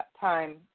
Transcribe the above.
time